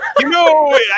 No